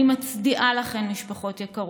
אני מצדיעה לכן, משפחות יקרות,